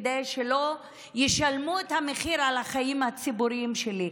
כדי שלא ישלמו את המחיר על החיים הציבוריים שלי.